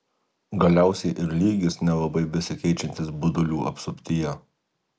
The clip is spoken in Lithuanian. galiausiai ir lygis nelabai besikeičiantis budulių apsuptyje